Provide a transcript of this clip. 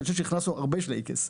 אני חושב שהכנסנו הרבה שלייקעס.